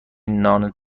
نان